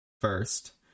first